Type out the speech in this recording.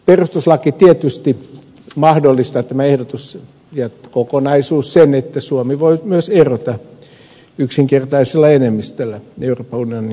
perustuslaki tietysti mahdollistaa tämä ehdotus ja kokonaisuus sen että suomi voi myös erota yksinkertaisella enemmistöllä euroopan unionin jäsenyydestä